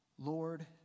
lord